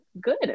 good